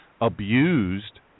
abused